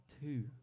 two